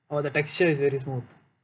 oh the texture is very smooth